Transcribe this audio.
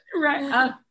right